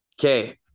Okay